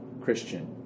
Christian